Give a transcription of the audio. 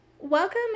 Welcome